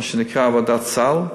מה שנקרא: ועדת סל,